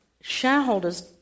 shareholders